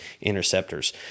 Interceptors